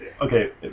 Okay